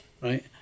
right